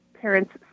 parents